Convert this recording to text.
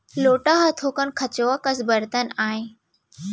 लोटा ह थोकन खंचवा कस बरतन आय